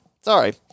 sorry